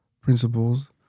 principles